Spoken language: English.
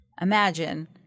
imagine